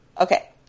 Okay